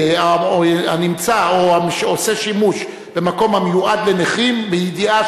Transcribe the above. הנמצא או העושה שימוש במקום המיועד לנכים בידיעה